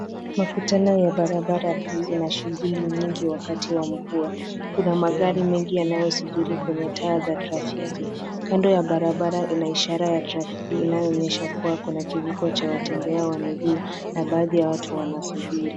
Makutano ya barabara hii ina shughuli nyingi wakati wa mvua. Kuna magari mengi yanayosubiri kwenye taa za trafiki. Kando ya barabara ina ishara ya trafiki inayoonyesha kuwa kuna kivuko cha watembea wa miguu na baadhi ya watu wanasubiri.